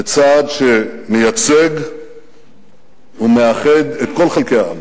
בצעד שמייצג ומאחד את כל חלקי העם.